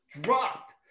dropped